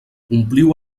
ompliu